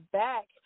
back